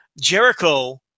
Jericho